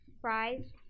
fries